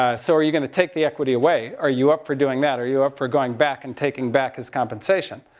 ah so are you going to take the equity away, are you up for doing that, are you up for going back and taking back his compensation?